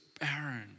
barren